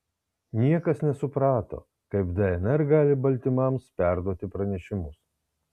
niekas nesuprato kaip dnr gali baltymams perduoti pranešimus